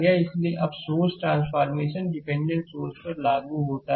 slide समय देखें 0736 अब सोर्स ट्रांसफॉरमेशन डिपेंडेंट सोर्सेस पर भी लागू होता है